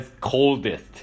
coldest